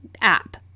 app